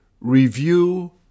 Review